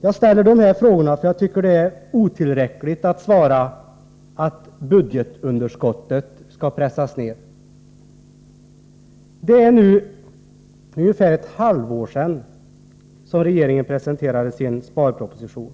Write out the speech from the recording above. Jag ställer de här frågorna därför att jag tycker att det är otillräckligt att svara att budgetunderskottet skall pressas ned. Det är nu ungefär ett halvår sedan regeringen presenterade sin sparpro position.